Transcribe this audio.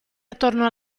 attorno